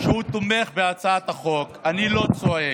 שהוא תומך בהצעת החוק, אני לא צועק.